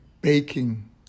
baking